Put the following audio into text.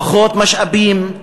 פחות משאבים,